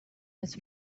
his